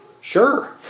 sure